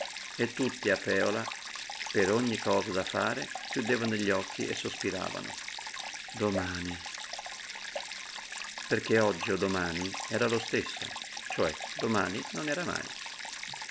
e tutti a pèola per ogni cosa da fare chiudevano gli occhi e sospiravano domani perché oggi o domani era lo stesso cioè domani non era mai